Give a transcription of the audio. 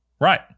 Right